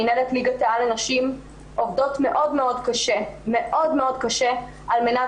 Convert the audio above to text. במנהלת ליגת העל נשים עובדות מאוד מאוד קשה על מנת